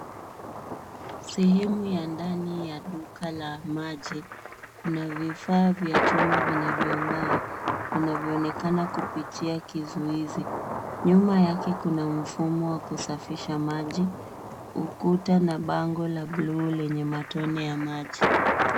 Sehemu ya ndani ya duka la maji. Kuna vifaa vya chuma vinavyong'aa, vinavyoonekana kupitia kizuizi. Nyuma yake kuna mfumo wa kusafisha maji, ukuta na bango la bluu lenye matone ya maji.